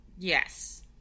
Yes